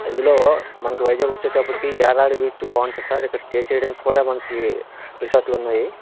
అందులో మనకు వైజాగ్ వచ్చేటప్పటికి యారాడ బీచ్ బాగుంటుంది సార్ ఇక్కడ స్టే చేయడానికి కూడా మనకి రిసార్ట్లు ఉన్నాయి